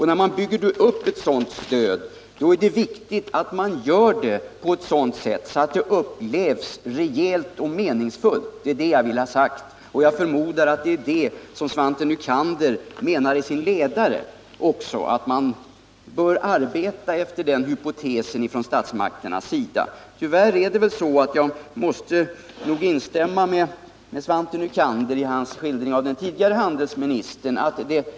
När man bygger upp ett sådant stöd är det viktigt att man gör det på ett sådant sätt att det upplevs som rejält och meningsfullt. Det är det jag vill ha sagt. Och jag förmodar att det är det Svante Nycander menar i sin ledare, att statsmakten bör arbeta efter den hypotesen. Tyvärr måste jag instämma med Svante Nycander i hans skildring av den tidigare handelsministern.